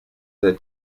del